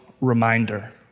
reminder